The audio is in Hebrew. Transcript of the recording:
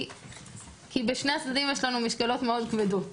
כי בשני הצדדים יש לנו משקולות מאוד כבדות.